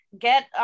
get